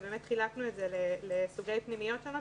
חילקנו את זה לסוגי פנימיות שונות